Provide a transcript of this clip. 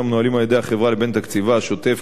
המנוהלים על-ידי החברה לבין תקציבה השוטף.